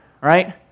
Right